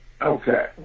Okay